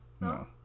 No